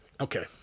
Okay